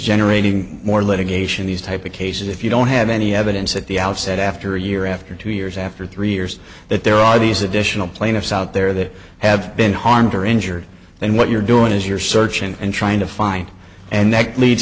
generating more litigation these type of cases if you don't have any evidence at the outset after year after two years after three years that there are these additional plaintiffs out there that have been harmed or injured then what you're doing is you're searching and trying to find and neck leads